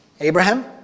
Abraham